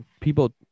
people